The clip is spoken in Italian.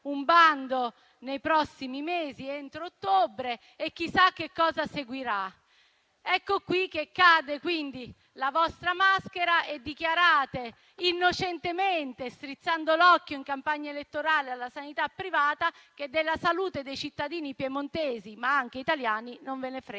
un bando nei prossimi mesi, entro ottobre, e chissà che cosa seguirà. Ecco che cade quindi la vostra maschera e dichiarate innocentemente, strizzando l'occhio in campagna elettorale alla sanità privata, che della salute dei cittadini piemontesi, ma anche italiani, non ve ne frega